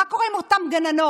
מה קורה עם אותן גננות?